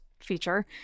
feature